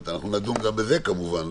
אנחנו נדון גם בזה כמובן,